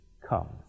comes